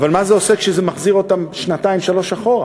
אבל זה מה זה עושה כשזה מחזיר אותם שנתיים-שלוש אחורה?